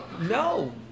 no